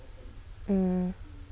mm